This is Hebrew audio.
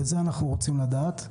ואת זה אנחנו רוצים לדעת.